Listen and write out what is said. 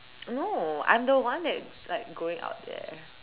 no I am the one that's like going out there